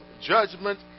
judgment